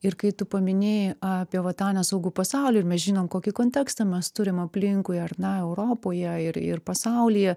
ir kai tu paminėjai apie va tą nesaugų pasaulį ir mes žinom kokį kontekstą mes turim aplinkui ar ne europoje ir ir pasaulyje